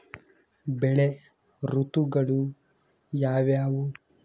ಬೆಳೆ ಋತುಗಳು ಯಾವ್ಯಾವು?